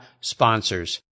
sponsors